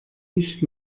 nicht